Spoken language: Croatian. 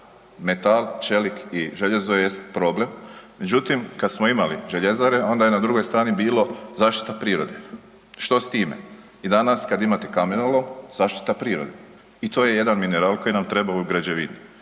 Metal, čelik i željezo jest problem međutim kad smo imali željezare, onda je na drugoj strani bilo zaštita prirode, što s time? I danas kad imate kamenolom, zaštita prirode. I to je jedan mineral koji nam treba u građevini.